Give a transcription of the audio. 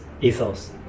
ethos